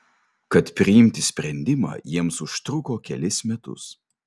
kad priimti sprendimą jiems užtruko kelis metus